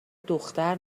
دختر